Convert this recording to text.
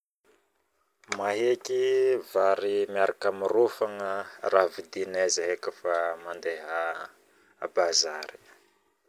Maheky vary miaraka ami rô figna raha vidinay zahay kofa mandeha a bazare